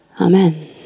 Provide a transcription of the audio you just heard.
Amen